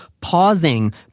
pausing